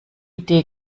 idee